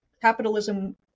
Capitalism